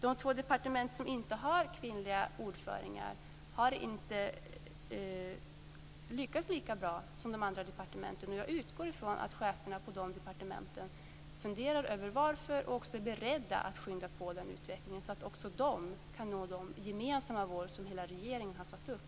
De två departement som inte har kvinnliga ordförande har inte lyckats lika bra som de andra. Jag utgår från att cheferna på de departementen funderar över varför och också är beredda att skynda på utvecklingen, så att också de kan nå de gemensamma mål som hela regeringen har satt upp.